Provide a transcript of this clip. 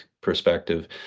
perspective